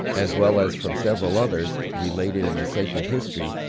as well as from several others, related in the sacred history,